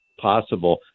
possible